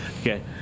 Okay